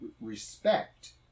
respect